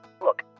Look